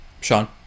Sean